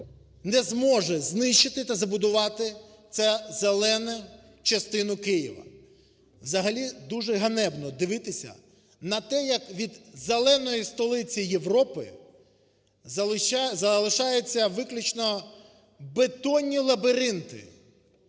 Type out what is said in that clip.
не зможе знищити та забудувати цю зелену частину Києва. Взагалі дуже ганебно дивитися на те, як від зеленої столиці Європи залишаються виключно бетонні лабіринти.